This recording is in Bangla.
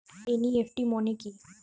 এন.ই.এফ.টি মনে কি?